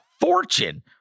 fortune